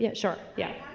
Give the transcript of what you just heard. yeah sure, yeah.